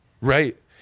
Right